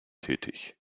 tätig